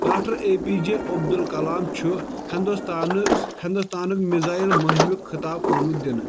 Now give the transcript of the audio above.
doctor A P J Abdul Kalam چھُ ہندوستانہٕ ہِنٛدُستانُک مِزایِل موہنوُک خِطاب آمُت دِنہٕ